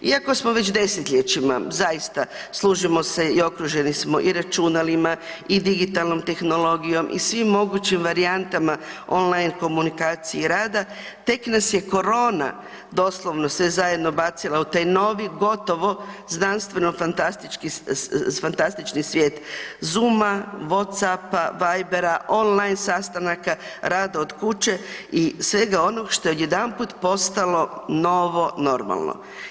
Iako smo već desetljećima zaista služimo se i okruženi smo i računalima i digitalnom tehnologijom i svim mogućim varijantama on line komunikacije rada, tek nas je korona doslovno sve zajedno bacila u taj novi, gotovo znanstveno fanstastički, fantastični svijet, Zoom-a, WhatsApp-a, Viber-a, on line sastanaka, rada od kuće i svega onog što je odjedanput postalo „novo normalno“